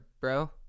bro